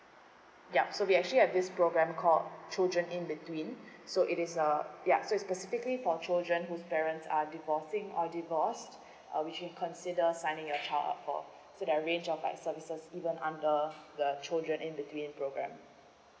ya so we actually have this programme called children in between so it is a ya so it's specifically for children whose parents are divorcing or divorced uh which can consider signing your child up for so the range of like services even under the children in between program